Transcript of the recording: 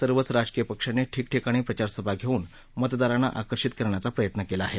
सर्वच राजकीय पक्षांनी ठिकठिकाणी प्रचारसभा घेऊन मतदारांना आकर्षित करण्याचा प्रयत्न केला आहे